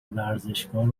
ورزشکار